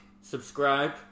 subscribe